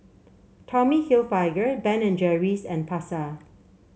Tommy Hilfiger Ben and Jerry's and Pasar